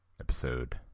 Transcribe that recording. episode